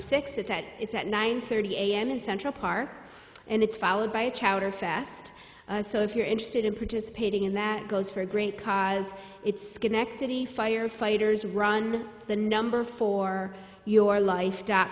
it's at it's at nine thirty a m in central park and it's followed by a chowder fast so if you're interested in participating in that goes for a great cause it's schenectady firefighters run the number for your life dot